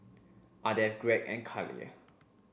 Ardeth Gregg and Khalil